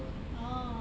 orh